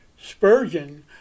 Spurgeon